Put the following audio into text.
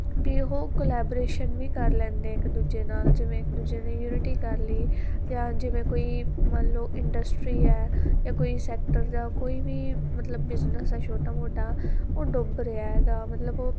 ਵੀ ਉਹ ਕੋਲੈਬਰੇਸ਼ਨ ਵੀ ਕਰ ਲੈਂਦੇ ਇੱਕ ਦੂਜੇ ਨਾਲ ਜਿਵੇਂ ਇੱਕ ਦੂਜੇ ਦੇ ਯੂਨਿਟੀ ਕਰ ਲਈ ਜਾਂ ਜਿਵੇਂ ਕੋਈ ਮੰਨ ਲਓ ਇੰਡਸਟਰੀ ਹੈ ਜਾਂ ਕੋਈ ਸੈਕਟਰ ਜਾਂ ਕੋਈ ਵੀ ਮਤਲਬ ਬਿਜਨਸ ਆ ਛੋਟਾ ਮੋਟਾ ਉਹ ਡੁੱਬ ਰਿਹਾ ਹੈਗਾ ਮਤਲਬ ਉਹ